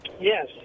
Yes